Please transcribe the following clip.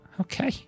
Okay